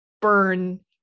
burn